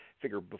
figure